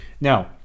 Now